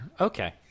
Okay